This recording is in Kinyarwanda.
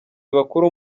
bakuru